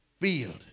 field